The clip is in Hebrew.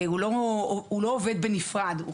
הוא לא עובד בנפרד.